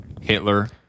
Hitler